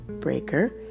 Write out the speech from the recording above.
breaker